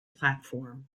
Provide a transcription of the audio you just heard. platform